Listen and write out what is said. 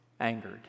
angered